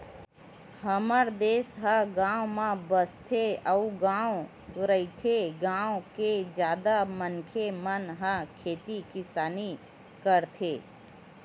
हमर देस ह गाँव म बसथे अउ गॉव रहिथे, गाँव के जादा मनखे मन ह खेती किसानी करथे